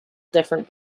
different